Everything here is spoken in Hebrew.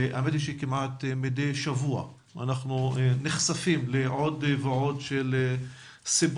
האמת היא שכמעט מדי שבוע אנחנו נחשפים לעוד ועוד סיפורים,